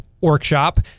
workshop